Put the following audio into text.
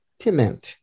timent